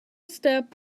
step